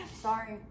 Sorry